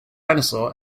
dinosaur